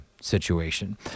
situation